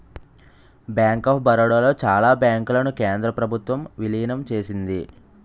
bank of Baroda లో చాలా బ్యాంకులను కేంద్ర ప్రభుత్వం విలీనం చేసింది